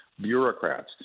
bureaucrats